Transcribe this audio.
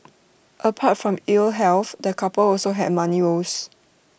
apart from ill health the couple also had money woes